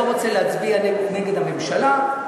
לא רוצה להצביע נגד הממשלה.